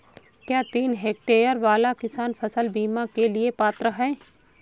क्या तीन हेक्टेयर वाला किसान फसल बीमा के लिए पात्र हैं?